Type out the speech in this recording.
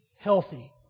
healthy